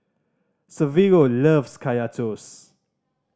Severo loves Kaya Toast